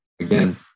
again